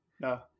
No